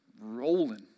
rolling